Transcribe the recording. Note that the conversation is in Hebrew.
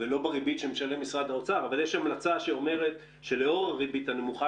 ולא בריבית שמשלם משרד האוצר אבל יש המלצה שאומרת שלאור הריבית הנמוכה